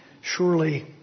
surely